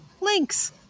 links